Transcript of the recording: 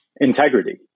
integrity